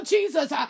Jesus